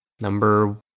number